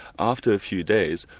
after a few days,